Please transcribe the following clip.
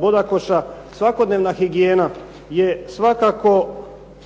Bodakoša svakodnevna higijena je svakako